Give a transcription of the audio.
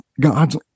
God's